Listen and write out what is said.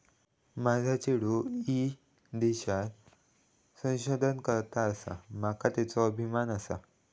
माझा चेडू ईदेशात संशोधन करता आसा, माका त्येचो अभिमान आसा